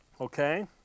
Okay